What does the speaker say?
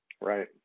Right